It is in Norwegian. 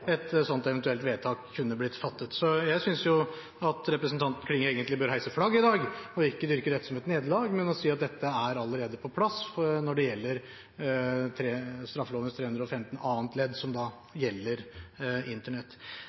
et sånt eventuelt vedtak kunne blitt fattet. Så jeg synes representanten Klinge egentlig bør heise flagget i dag og ikke dyrke dette som et nederlag, og si at dette allerede er på plass når det gjelder straffeloven § 315 annet ledd, som gjelder Internett.